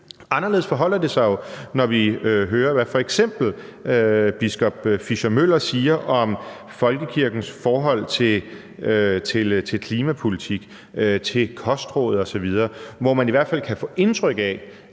Anderledes forholder det sig jo, når vi hører, hvad f.eks. biskop Fischer-Møller siger om folkekirkens forhold til klimapolitik, til kostråd osv., hvor man i hvert fald kan få indtryk af,